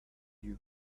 you